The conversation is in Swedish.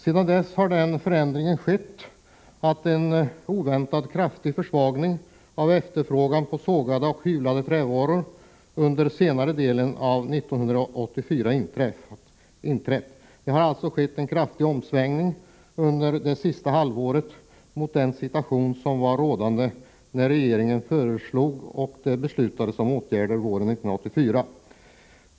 Sedan dess har den förändringen skett att en oväntat kraftig försvagning av efterfrågan på sågade och hyvlade trävaror under senare delen av 1984 inträtt. Det har alltså skett en kraftig omsvängning under det sista halvåret jämfört med den situation som var rådande när regeringen föreslog de våren 1984 beslutade åtgärderna.